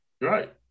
Right